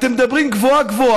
אתם מדברים גבוהה-גבוהה,